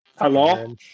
Hello